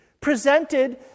presented